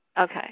Okay